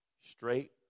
straight